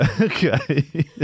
Okay